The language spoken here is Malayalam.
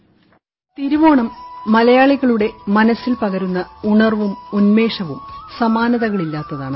വോയ്സ് തിരുവോണം മലയാളികളുടെ മനസിൽ പകരുന്ന ഉണർവും ഉൻമേഷവും സമാനതകളില്ലാത്തതാണ്